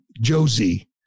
Josie